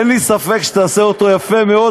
אין לי ספק שתעשה אותו יפה מאוד,